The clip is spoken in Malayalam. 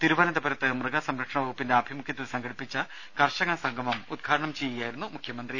തിരു വനന്തപുരത്ത് മൃഗ സംരക്ഷണ വകുപ്പിന്റെ ആഭിമുഖ്യത്തിൽ സംഘ ടിപ്പിച്ച കർഷക സംഗമം ഉദ്ഘാടനം ചെയ്യുകയായിരുന്നു മുഖ്യമ ന്ത്രി